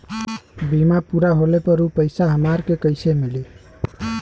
बीमा पूरा होले पर उ पैसा हमरा के कईसे मिली?